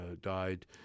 died